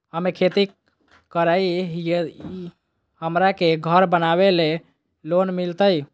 हमे खेती करई हियई, हमरा के घर बनावे ल लोन मिलतई?